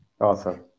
Awesome